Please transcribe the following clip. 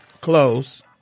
Close